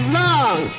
long